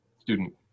student